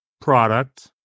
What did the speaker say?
product